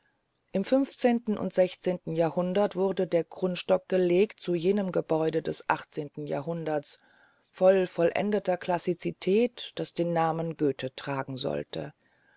im fünfzehnten und sechzehnten jahrhundert wurde der grundstock gelegt zu jenem gebäude des achtzehnten jahrhunderts voll vollendeter klassizität das den namen goethe tragen sollte